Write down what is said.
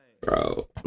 bro